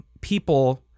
people